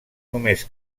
només